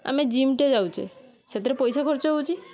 ଆମେ ଜିମଟେ ଯାଉଛେ ସେଥିରେ ପଇସା ଖର୍ଚ୍ଚ ହଉଛି